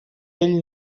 ell